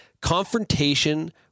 confrontation